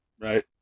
right